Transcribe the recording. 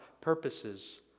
purposes